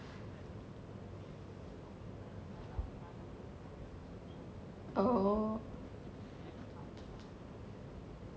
oh